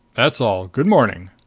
that's all. good morning.